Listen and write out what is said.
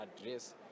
address